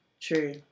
True